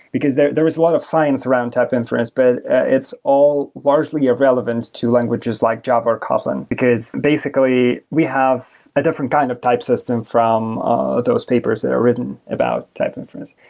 because there there is a lot of science around type inference, but it's all largely irrelevant to languages like java or kotlin, because basically we have a different kind of type system from those papers that are written about type inference.